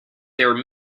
there